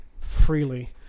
freely